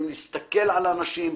להסתכל על האנשים,